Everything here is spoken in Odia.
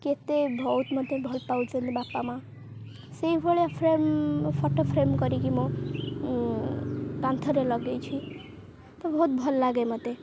କେତେ ବହୁତ ମୋତେ ଭଲ ପାଉଛନ୍ତି ବାପା ମାଆ ସେଇଭଳିଆ ଫ୍ରେମ୍ ଫଟୋ ଫ୍ରେମ୍ କରିକି ମୁଁ କାନ୍ଥରେ ଲଗାଇଛି ତ ବହୁତ ଭଲ ଲାଗେ ମୋତେ